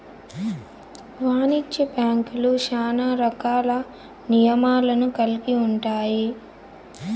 వాణిజ్య బ్యాంక్యులు శ్యానా రకాల నియమాలను కల్గి ఉంటాయి